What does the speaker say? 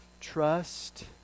Trust